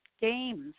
games